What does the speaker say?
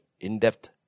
in-depth